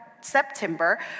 September